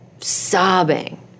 sobbing